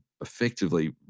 effectively